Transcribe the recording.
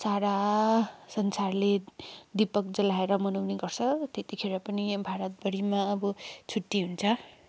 सारा संसारले दीपक जलाएर मनाउँने गर्छ त्यतिखेर पनि भारतभरिमा अब छुट्टी हुन्छ